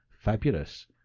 Fabulous